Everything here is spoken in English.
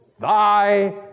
thy